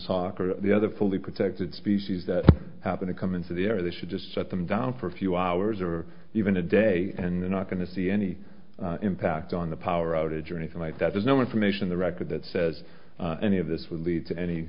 or the other fully protected species that happen to come into the air they should just shut them down for a few hours or even a day and they're not going to see any impact on the power outage or anything like that there's no information the record that says any of this would lead to any